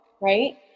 right